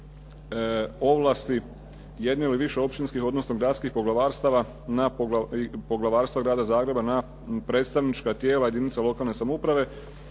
ovlasti jedne ili više općinskih odnosno gradskih poglavarstava i Poglavarstva Grada Zagreba na predstavnička tijela jedinica lokalne samouprave.